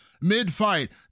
mid-fight